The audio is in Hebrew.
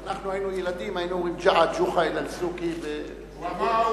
כשאנחנו היינו ילדים היינו אומרים: "ג'א ג'וחא אל אל-סוקי" הוא אמר,